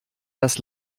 das